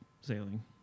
sailing